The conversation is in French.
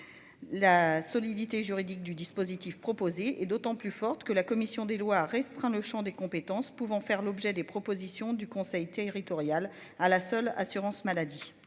La solidité juridique du dispositif proposé est d'autant plus forte que la commission des lois restreint le Champ des compétences pouvant faire l'objet des propositions du conseil territorial à la seule assurance maladie.